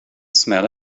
smell